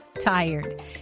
tired